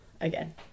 again